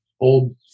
Old